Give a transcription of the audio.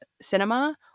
cinema